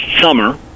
summer